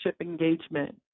engagement